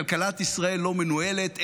כלכלת ישראל לא מנוהלת.